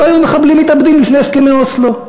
לא היו מחבלים מתאבדים לפני הסכמי אוסלו.